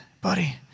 buddy